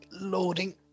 loading